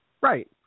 Right